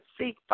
seek